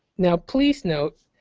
now please note,